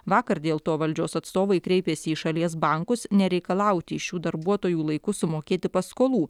vakar dėl to valdžios atstovai kreipėsi į šalies bankus nereikalauti iš šių darbuotojų laiku sumokėti paskolų